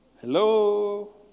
Hello